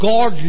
God